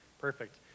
perfect